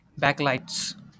backlights